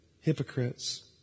hypocrites